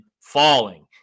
falling